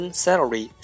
salary